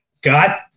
got